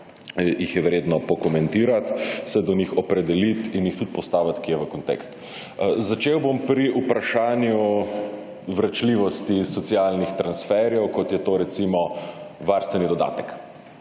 jih je vredno pokomentirati, se do njih opredeliti in jih tudi postaviti kje v kontekst. Začel bom pri vprašanju vračljivosti in socialnih transferjev, kot je to recimo varstveni dodatek,